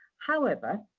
however,